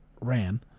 Ran